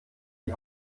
die